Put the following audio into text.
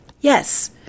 Yes